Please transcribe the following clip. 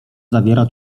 zawiera